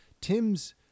Tim's